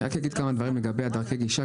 אני רק אגיד כמה דברים לגבי דרכי הגישה.